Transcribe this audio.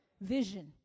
vision